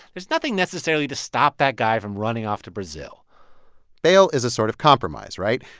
there's nothing necessarily to stop that guy from running off to brazil bail is a sort of compromise, right?